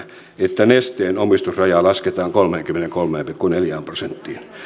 että nesteen omistusraja lasketaan kolmeenkymmeneenkolmeen pilkku neljään prosenttiin